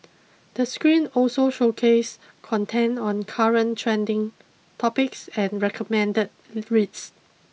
the screen also showcase content on current trending topics and recommended reads